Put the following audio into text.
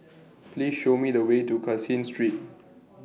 Please Show Me The Way to Caseen Street